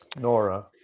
Nora